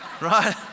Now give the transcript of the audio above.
Right